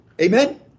Amen